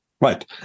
right